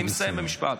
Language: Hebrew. אני מסיים במשפט.